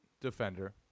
defender